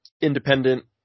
independent